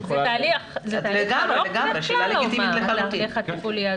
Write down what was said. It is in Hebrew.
זה תהליך ארוך, התהליך הטיפולי הזה?